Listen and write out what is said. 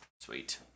Sweet